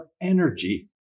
energy